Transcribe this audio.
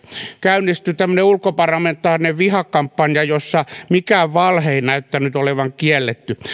käynnistyi tällainen ulkoparlamentaarinen vihakampanja jossa mikään valhe ei näyttänyt olevan kielletty